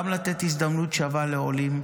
גם לתת הזדמנות שווה לעולים,